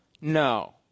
No